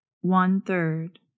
one-third